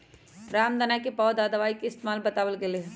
रामदाना के पौधा दवाई के इस्तेमाल बतावल गैले है